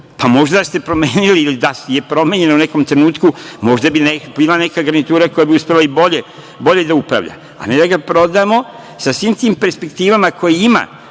Možda da ste promenili, ili da je promenjeno u nekom trenutku, možda bi bila neka garnitura koja bi uspela i bolje da upravlja, a ne da ga prodamo, sa svim tim perspektivama koje ima,